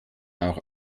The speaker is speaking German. auch